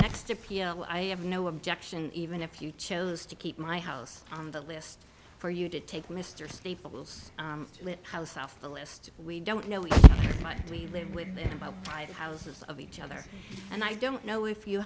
appeal i have no objection even if you chose to keep my house on the list for you to take mr staples house off the list we don't know if we live with them about five houses of each other and i don't know if you